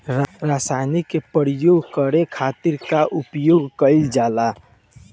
रसायनिक के प्रयोग करे खातिर का उपयोग कईल जाला?